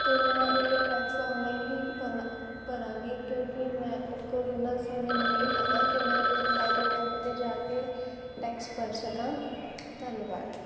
ਅਤੇ ਮੈਂ ਇਹ ਟੈਕਸ ਆਨਲਾਈਨ ਹੀ ਭਰਾ ਭਰਾਂਗੀ ਕਿਉਂਕਿ ਮੈਂ ਮੇ ਕੋਲ ਇੰਨਾ ਸਮੇਂ ਨਹੀਂ ਹੈਗਾ ਕਿ ਮੈਂ ਕਿਸੇ ਸਾਈਬਰ ਕੈਫੇ 'ਤੇ ਜਾ ਕੇ ਟੈਕਸ ਭਰ ਸਕਾਂ ਧੰਨਵਾਦ